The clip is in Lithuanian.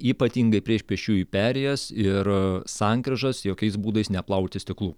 ypatingai prieš pėsčiųjų perėjas ir sankryžas jokiais būdais neplauti stiklų